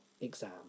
exam